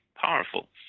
Powerful